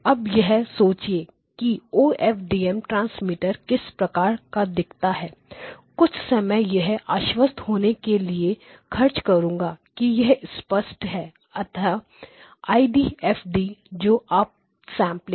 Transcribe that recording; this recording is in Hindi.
अब यह सोचिए कि O F D M transmitter किस प्रकार का दिखता है मैं कुछ समय यह आश्वस्त होने के लिए खर्च करूंगा कि यह स्पष्ट है अतः एक आईडीएफबी जो अप सेंपलिंग